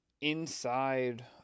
inside